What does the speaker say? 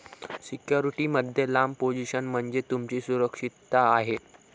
security मध्ये लांब position म्हणजे तुमची सुरक्षितता आहे